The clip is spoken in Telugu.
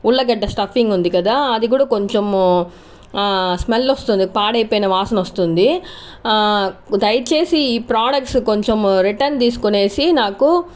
ఉల్లగడ్డ స్టఫింగ్ ఉంది కదా అది కూడా కొంచెము స్మెల్ వస్తుంది పాడైపోయిన వాసన వస్తుంది దయచేసి ఈ ప్రొడక్ట్సు కొంచెము రిటర్న్ తీసుకునేసి నాకు